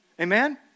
Amen